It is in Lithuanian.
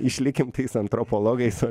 išlikim tais antropologais o